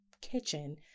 kitchen